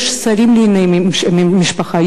יש שרים לענייני משפחה,